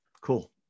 Cool